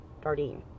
Dardine